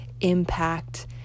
impact